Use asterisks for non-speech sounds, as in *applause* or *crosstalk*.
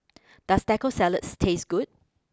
*noise* does Taco Salad taste good